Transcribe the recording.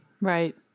right